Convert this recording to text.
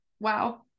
wow